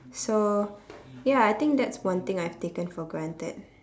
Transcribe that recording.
so ya I think that's one thing I've taken for granted